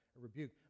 rebuke